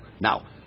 Now